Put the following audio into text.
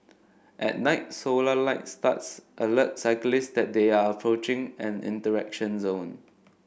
at night solar light studs alert cyclists that they are approaching an interaction zone